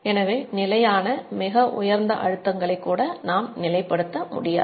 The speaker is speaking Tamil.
எனவே நிலையான மிக உயர்ந்த அழுத்தங்களை கூட நாம் நிலைப் படுத்த முடியாது